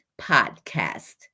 podcast